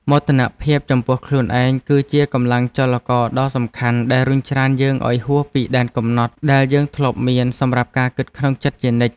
មោទនភាពចំពោះខ្លួនឯងគឺជាកម្លាំងចលករដ៏សំខាន់ដែលរុញច្រានយើងឱ្យហួសពីដែនកំណត់ដែលយើងធ្លាប់មានសម្រាប់ការគិតក្នុងចិត្តជានិច្ច។